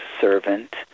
servant